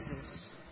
Jesus